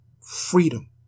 freedom